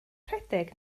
rhedeg